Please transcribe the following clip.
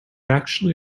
actually